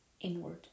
inward